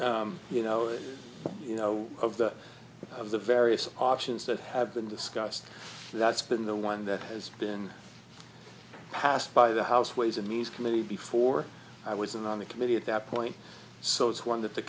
people you know or you know of the of the various options that have been discussed that's been the one that has been passed by the house ways and means committee before i was in on the committee at that point so it's one